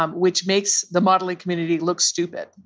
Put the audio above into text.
um which makes the modelling community look stupid.